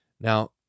Now